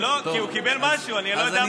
לא, כי הוא קיבל משהו, אני לא יודע מה.